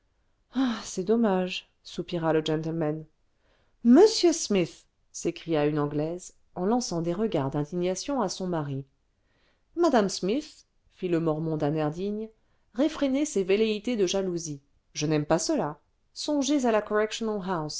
c'est dommage soupira le gentleman le vingtième siècle monsieur smith s'écria une anglaise en lançant des regards d'indignation à son mari madame smith fit le mormon d'un air cligne refrénez ces velléités de jalousie je n'aime pas cela songez à la